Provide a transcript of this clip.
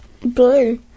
Blue